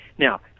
Now